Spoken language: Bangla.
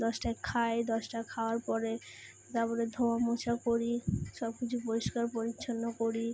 দশটায় খাই দশটায় খাওয়ার পরে তারপরে ধোয়া মোছা করি সব কিছু পরিষ্কার পরিচ্ছন্ন করি